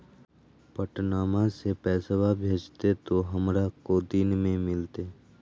पटनमा से पैसबा भेजते तो हमारा को दिन मे मिलते?